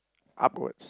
upward